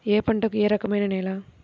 ఏ పంటకు ఏ రకమైన నేల?